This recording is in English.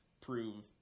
prove